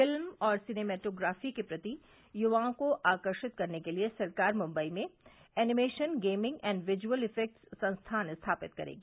film और cinematography के प्रति युवाओं को आकर्षित करने के लिए सरकार मुंबई में animation gaming and visual effects संस्थान स्थापित करेगी